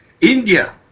India